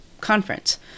Conference